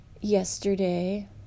yesterday